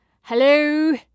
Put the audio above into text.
hello